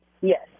Yes